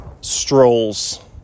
strolls